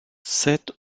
sept